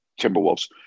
Timberwolves